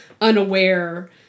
unaware